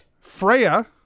Freya